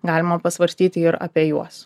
galima pasvarstyti ir apie juos